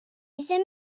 ddim